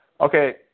Okay